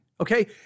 okay